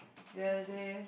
the other day